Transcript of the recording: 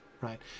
right